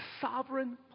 sovereign